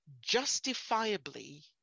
justifiably